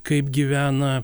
kaip gyvena